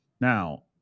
Now